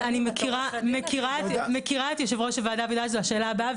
אני מכירה את יושב ראש הוועדה ואולי זאת השאלה הבאה.